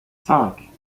cinq